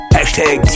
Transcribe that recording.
Hashtag